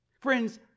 Friends